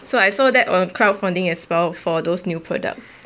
so I so that was crowdfunding as well for those new products